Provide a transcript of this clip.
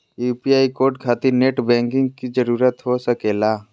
UPI code खातिर net banking की जरूरत हो सके ला?